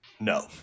No